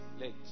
Late